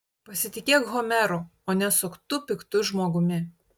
pasitikėk homeru o ne suktu piktu žmogumi